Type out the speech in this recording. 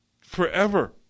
forever